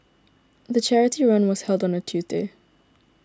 the charity run was held on a Tuesday